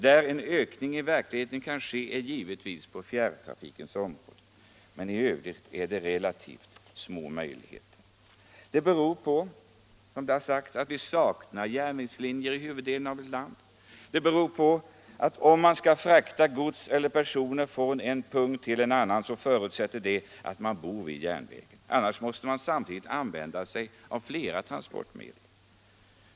Där en ökning i verkligheten kan ske är givetvis på fjärrtrafikens område men i övrigt är det relativt små marginaler. Det beror på att vi saknar järnvägslinjer i huvuddelen av landet, det beror på att om man skall frakta gods eller personer från en punkt till en annan förutsätter det att man bor vid järnvägen. Annars måste man samtidigt använda sig av flera transportmedel.